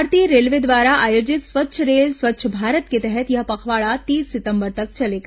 भारतीय रेलवे द्वारा आयोजित स्वच्छ रेल स्वच्छ भारत के तहत यह पखवाड़ा तीस सितंबर तक चलेगा